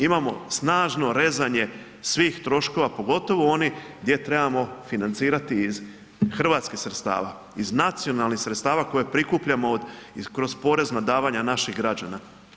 Imamo snažno rezanje svih troškova, pogotovo onih gdje treba financirati iz hrvatskih sredstava, iz nacionalnih sredstava koja prikupljamo kroz porezna davanja naših građana.